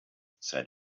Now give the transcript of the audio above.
said